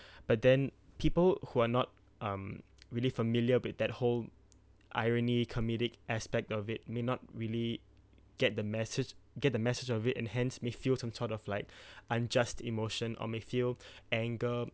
but then people who are not um really familiar with that whole irony comedic aspect of it may not really get the message get the message of it and hence may feel some sort of like unjust emotion or may feel anger